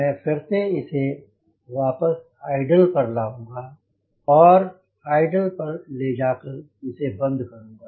मैं फिर से इसे वापस आइडल पर ले जाऊंगा और आइडल पर ले जाकर इसे बंद करूँगा